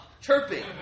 chirping